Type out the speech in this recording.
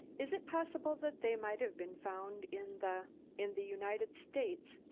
is it possible that they might have been found in the in the united states?